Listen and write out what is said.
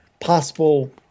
possible